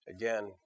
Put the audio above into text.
Again